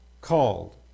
Called